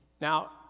Now